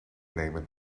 nemen